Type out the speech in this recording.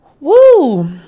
Woo